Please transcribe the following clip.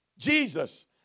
Jesus